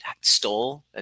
stole